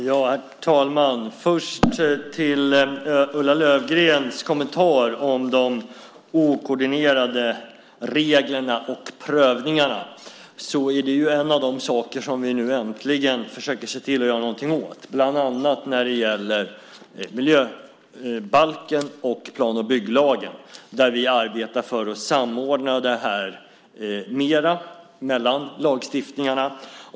Herr talman! Först vill jag ta upp Ulla Löfgrens kommentar om de okoordinerade reglerna och prövningarna. Det är ju en av de saker som vi nu äntligen försöker se till att göra någonting åt, bland annat när det gäller miljöbalken och plan och bygglagen, där vi arbetar för att samordna det här mera mellan lagstiftningarna.